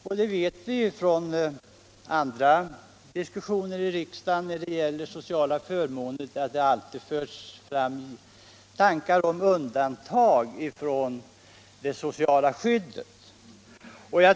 Vi vet från andra diskussioner i riksdagen om sociala förmåner att det alltid förs fram tankar om undantag från det sociala skyddet.